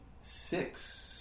six